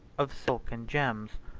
of silk and gems,